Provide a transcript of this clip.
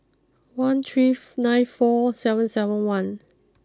one three nine four seven seven one